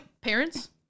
parents